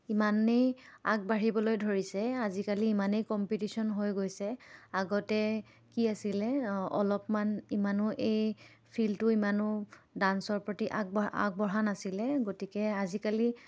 ইমানেই আগবাঢ়িবলৈ ধৰিছে আজিকালি ইমানেই কম্পিটিশ্যন হৈ গৈছে আগতে কি আছিলে অলপমান ইমানো এই ফিল্ডটো ইমানো ডাঞ্চৰ প্ৰতি আগবঢ়া আগবঢ়া নাছিলে গতিকে আজিকালি